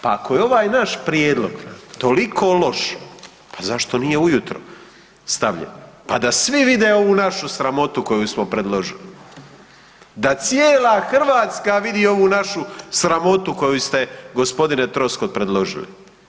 Pa ako je ovaj naš prijedlog toliko loš pa zašto nije ujutro stavljen pa da svi vide ovu našu sramotu koju smo predložili, da cijela Hrvatska vidi ovu našu sramotu koju ste g. Troskot predložili?